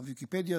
ויקיפדיה,